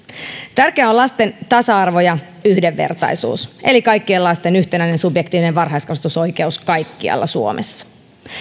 tärkeää on lasten tasa arvo ja yhdenvertaisuus eli kaikkien lasten yhtenäinen subjektiivinen varhaiskasvatusoikeus kaikkialla suomessa